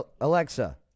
Alexa